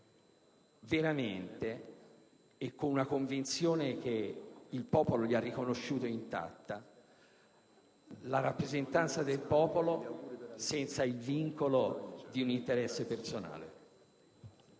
veramente, e con una convinzione che gli è stata riconosciuta intatta, la rappresentanza del popolo senza il vincolo di un interesse personale.